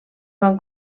van